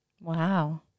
Wow